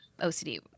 OCD